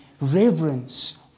reverence